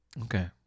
okay